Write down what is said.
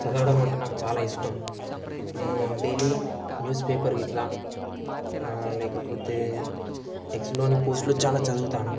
చదవడం అంటే నాకు చాలా ఇష్టం నేను డైలీ న్యూస్ పేపర్ గిట్లా లేకపోతే ఎక్స్లోని పోస్టులు చాలా చదువుతాను